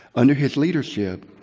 under his leadership,